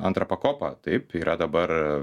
antrą pakopą taip yra dabar